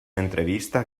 entrevista